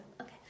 Okay